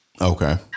Okay